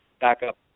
backup